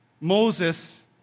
Moses